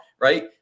right